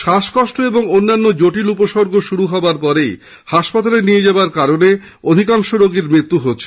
শ্বাসকষ্ট ও অন্যান্য জটিল উপসর্গ শুরু হওয়ার পরই হাসপাতালে নিয়ে যাওয়ার কারণেই অধিকাংশ রোগীর মৃত্যু হচ্ছে